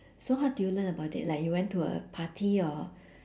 so how did you learn about it like you went to a party or